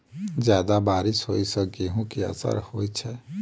जियादा बारिश होइ सऽ गेंहूँ केँ असर होइ छै?